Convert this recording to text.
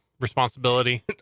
Responsibility